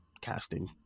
casting